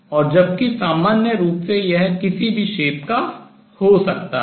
और जबकि सामान्य रूप से यह किसी भी shape आकार का हो सकता है